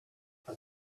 but